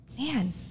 man